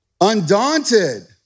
Undaunted